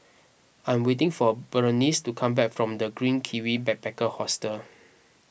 I'm waiting for Berenice to come back from the Green Kiwi Backpacker Hostel